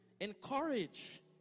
encourage